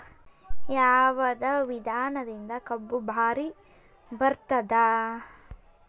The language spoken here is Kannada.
ಯಾವದ ವಿಧಾನದಿಂದ ಕಬ್ಬು ಭಾರಿ ಬರತ್ತಾದ?